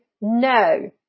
no